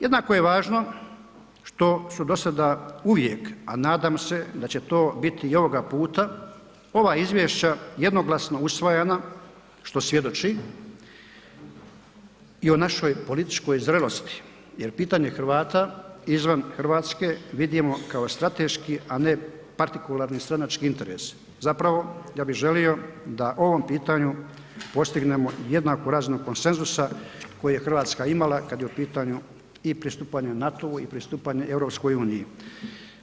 Jednako je važno što su dosada uvijek a nadam se će to biti i ovoga puta, ova izvješća jednoglasno usvajana što svjedoči i o našoj političkoj zrelosti jer pitanje Hrvata izvan Hrvatske vidimo kao strateški a ne partikularni stranački interes zapravo ja bi želio da o ovom pitanju postignemo jednaku razinu konsenzusa koje je Hrvatska imala kad je u pitanju i pristupanje NATO-u i pristupanje EU-u.